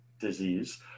disease